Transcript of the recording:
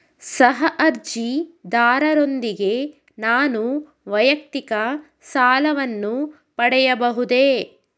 ಸಹ ಅರ್ಜಿದಾರರೊಂದಿಗೆ ನಾನು ವೈಯಕ್ತಿಕ ಸಾಲವನ್ನು ಪಡೆಯಬಹುದೇ?